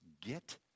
get